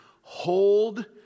hold